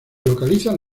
localizan